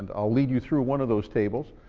but i'll lead you through one of those tables,